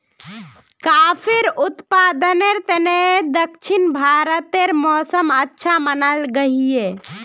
काफिर उत्पादनेर तने दक्षिण भारतेर मौसम अच्छा मनाल गहिये